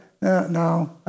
No